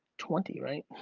twenty, right?